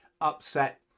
upset